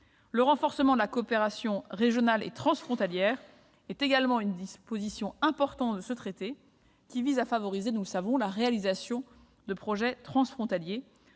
Le renforcement de la coopération régionale et transfrontalière constitue également une disposition importante de ce traité qui vise à favoriser la réalisation de projets transfrontaliers,